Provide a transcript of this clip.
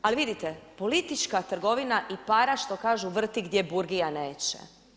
Ali vidite, politička trgovina i para što kažu vrti gdje burgija neće.